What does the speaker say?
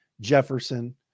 Jefferson